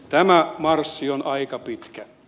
tämä marssi on aika pitkä